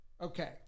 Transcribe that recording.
Okay